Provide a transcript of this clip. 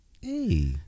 hey